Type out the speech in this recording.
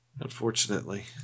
Unfortunately